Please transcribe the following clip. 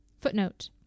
Footnote